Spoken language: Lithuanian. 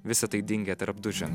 visa tai dingę tarp duženų